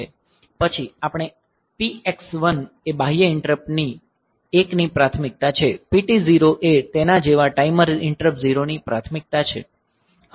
પછી આ PX1 એ બાહ્ય ઈંટરપ્ટ 1 ની પ્રાથમિકતા છે PT0 એ તેના જેવા ટાઈમર ઈંટરપ્ટ 0 ની પ્રાથમિકતા છે